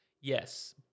Yes